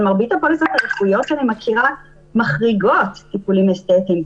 מרבית הפוליסות הרפואיות שאני מכירה מחריגות טיפולים אסתטיים,